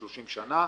פעם ב-30 שנה.